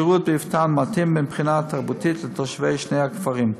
השירות באבטין מתאים מבחינה תרבותית לתושבי שני הכפרים.